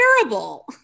terrible